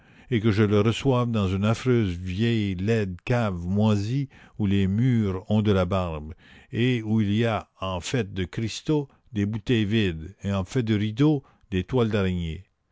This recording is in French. et que je le reçoive dans une affreuse vieille laide cave moisie où les murs ont de la barbe et où il y a en fait de cristaux des bouteilles vides et en fait de rideaux des toiles d'araignées